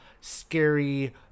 scary